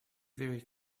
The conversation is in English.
very